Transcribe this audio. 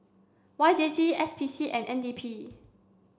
Y J C S P C and N D P